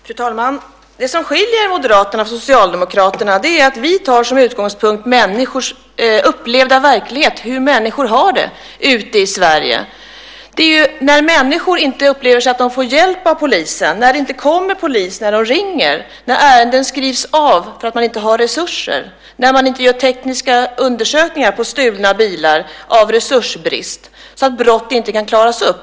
Fru talman! Det som skiljer Moderaterna från Socialdemokraterna är att vi tar som utgångspunkt människors upplevda verklighet och hur människor har det ute i Sverige. Det är när människor inte upplever att de får hjälp av polisen, när det inte kommer polis när de ringer, när ärenden skrivs av för att man inte har resurser och när man inte gör tekniska undersökningar på stulna bilar på grund av resursbrist så att brott inte kan klaras upp.